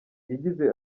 yagize